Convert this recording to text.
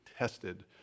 Tested